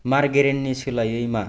मारगेरिननि सोलायै मा